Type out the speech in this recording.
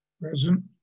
Present